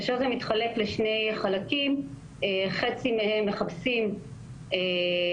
כאשר זה מתחלק לשני חלקים: חצי מהם מחפשים לעבוד,